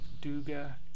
Duga